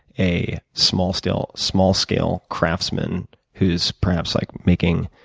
a small-scale small-scale craftsman who's perhaps like making,